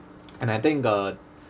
and I think uh